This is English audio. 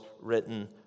written